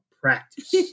practice